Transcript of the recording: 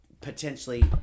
potentially